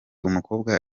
umukobwa